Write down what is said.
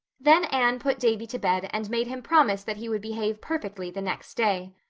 then anne put davy to bed and made him promise that he would behave perfectly the next day.